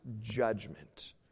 judgment